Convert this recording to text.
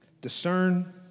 Discern